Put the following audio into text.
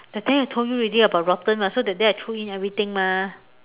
that day I told you already about rotten lah so that day I throw in everything mah